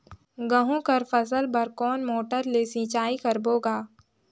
गहूं कर फसल बर कोन मोटर ले सिंचाई करबो गा?